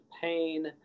pain